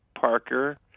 Parker